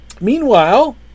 Meanwhile